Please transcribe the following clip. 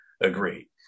agree